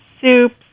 soups